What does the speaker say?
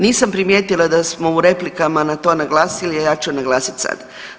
Nisam primijetila da smo u replikama na to naglasili, a ja ću naglasiti sada.